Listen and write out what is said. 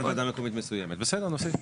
בעניין ועדה מקומית מסוימת, בסדר נוסיף.